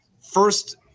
First